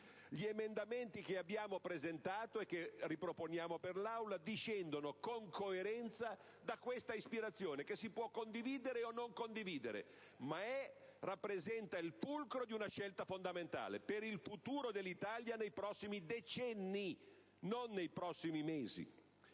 Gli emendamenti che abbiamo presentato, e che riproponiamo per l'Assemblea, discendono con coerenza da questa ispirazione, che si può condividere o no, ma è e rappresenta il fulcro di una scelta fondamentale per il futuro dell'Italia nei prossimi decenni, non nei prossimi mesi.